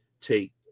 take